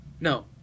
no